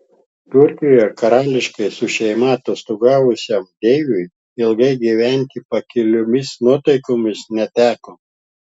turkijoje karališkai su šeima atostogavusiam deiviui ilgai gyventi pakiliomis nuotaikomis neteko